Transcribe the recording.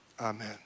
Amen